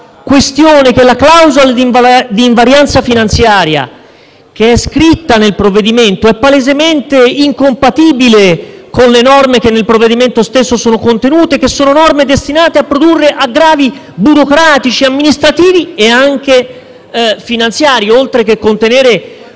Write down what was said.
fatto che la clausola di invarianza finanziaria, scritta nel provvedimento, è palesemente incompatibile con le norme contenute nel provvedimento stesso, che sono destinate a produrre aggravi burocratici, amministrativi e anche finanziari, oltre ai profili